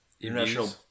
international